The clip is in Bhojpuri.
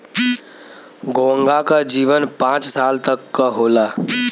घोंघा क जीवन पांच साल तक क होला